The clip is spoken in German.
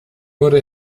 wurde